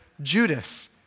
Judas